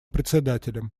председателем